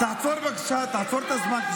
תעצור בבקשה את הזמן.